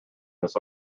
this